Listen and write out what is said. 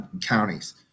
counties